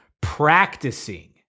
practicing